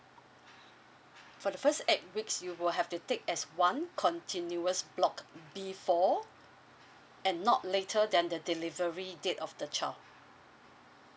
for the first eight weeks you will have to take as one continuous block before and not later than the delivery date of the child